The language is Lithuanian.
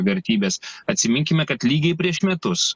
vertybės atsiminkime kad lygiai prieš metus